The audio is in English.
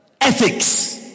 Ethics